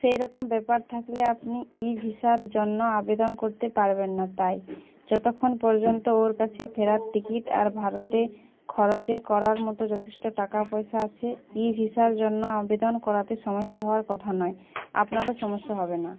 সেই রকম ব্যাপার থাকলে আপনি ই ভিসার জন্য আবেদন করতে পারবেন না তাই যতোক্ষণ পর্যন্ত ওর কাছে ফেরার টিকিট আর ভারতে খরচে করার মতো যথেষ্ট টাকা পয়সা আছে ই ভিসার জন্য আবেদন করাতে সমস্যা হওয়ার কথা নয় আপনারও সমস্যা হবে না